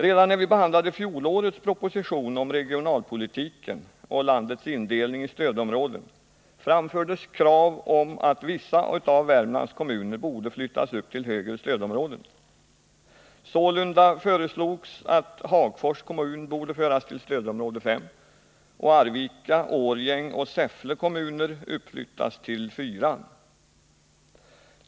Redan när vi behandlade fjolårets proposition om regionalpolitiken och landets indelning i stödområden framfördes krav på att vissa av Värmlands kommuner skulle flyttas upp till högre stödområden. Sålunda föreslogs att Hagfors kommun borde föras till stödområde 5 och Arvika, Årjäng och Säffle kommuner uppflyttas till 4:an.